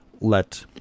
let